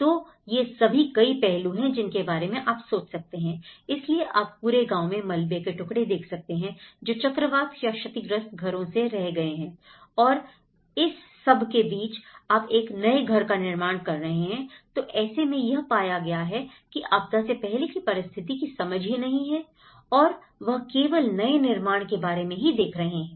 तो ये सभी कई पहलू हैं जिनके बारे में आप सोच सकते हैं इसलिए आप पूरे गाँव में मलबे के टुकड़े देख सकते हैं जो चक्रवात या क्षतिग्रस्त घरों से रह गए हैं और इस सब के बीच आप एक नए घर का निर्माण कर रहे हैं तो ऐसे में यह पाया गया है की आपदा से पहले की परिस्थिति की समझ ही नहीं है और वह केवल नए निर्माण के बारे में ही देख रहे हैं